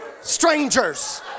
strangers